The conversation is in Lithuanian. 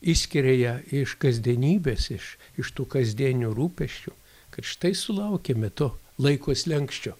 išskiria ją iš kasdienybės iš iš tų kasdienių rūpesčių kad štai sulaukėme to laiko slenksčio